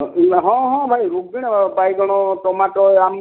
ହଁ ହଁ ଭାଇ ବାଇଗଣ ଟମାଟୋ ଆଣି